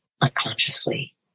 unconsciously